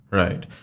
right